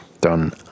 done